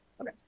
Okay